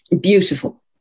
Beautiful